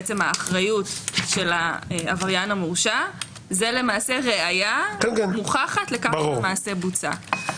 כלומר האחריות של העבריין המורשע היא ראיה מוכחת לכך שהמעשה בוצעה.